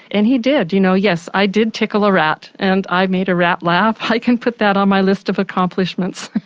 and he did, you know yes, i did tickle a rat and i made a rat laugh, i can put that on my list of accomplishments.